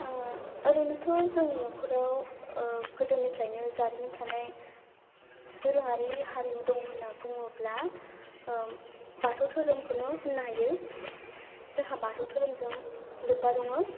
ओरैनोथ' जोंनि न'खराव गोदोनिफ्रायनो जारिमिन थानाय दोरोंआरि हारिमु दं होनना बुङोब्ला बाथौ धोरोमखौनो होननो हायो जोंहा बाथौ धोरोमजों लोब्बा दङो